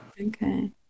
okay